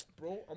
bro